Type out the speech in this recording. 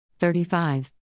35